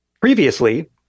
previously